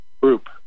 group